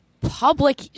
public